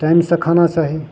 टाइमसँ खाना चाही